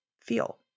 feel